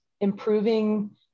improving